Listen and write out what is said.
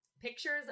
Pictures